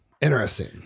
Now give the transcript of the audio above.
Interesting